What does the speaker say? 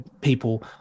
people